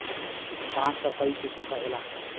बांस क कई किसम क होला